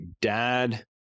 dad